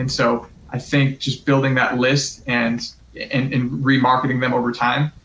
and so, i think just building that list and re-marketing them over time